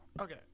Okay